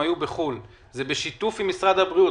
היו בחו"ל זה בשיתוף עם משרד הבריאות.